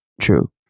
true